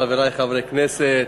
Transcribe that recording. חברי חברי הכנסת,